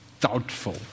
Doubtful